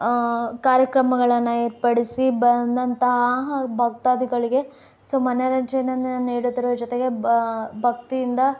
ಕಾರ್ಯಕ್ರಮಗಳನ್ನು ಏರ್ಪಡಿಸಿ ಬಂದಂತಹ ಭಕ್ತಾದಿಗಳಿಗೆ ಸೊ ಮನೋರಂಜನೇನ ನೀಡೋದರ ಜೊತೆಗೆ ಭಕ್ತಿಯಿಂದ